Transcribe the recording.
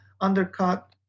undercut